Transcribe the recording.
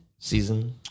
Season